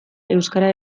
euskara